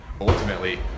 ultimately